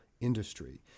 industry